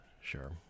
Sure